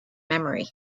memory